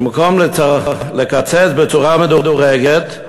במקום לקצץ בצורה מדורגת,